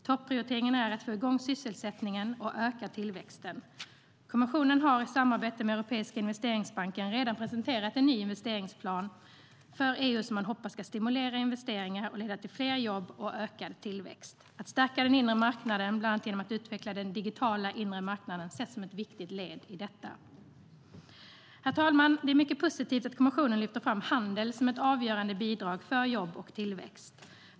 Topprioriteringen är att få igång sysselsättningen och öka tillväxten. Herr talman! Det är mycket positivt att kommissionen lyfter fram handel som ett avgörande bidrag för jobb och tillväxt.